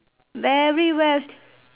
very well